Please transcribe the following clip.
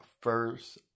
first